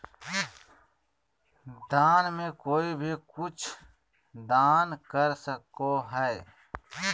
दान में कोई भी कुछु दान कर सको हइ